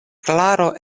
klaro